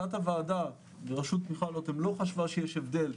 תת הוועדה בראשות מיכל לוטם לא חשבה שיש הבדל,